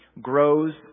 grows